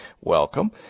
welcome